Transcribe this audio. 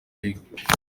league